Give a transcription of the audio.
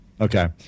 Okay